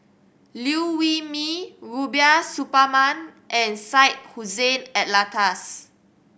Liew Wee Mee Rubiah Suparman and Syed Hussein Alatas